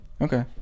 Okay